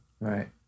Right